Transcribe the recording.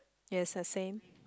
yes is the same